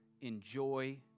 enjoy